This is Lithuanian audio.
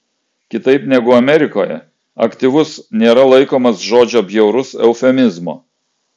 kitaip negu amerikoje aktyvus nėra laikomas žodžio bjaurus eufemizmu